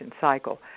cycle